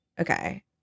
okay